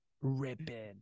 Ripping